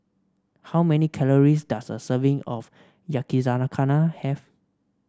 how many calories does a serving of Yakizakana have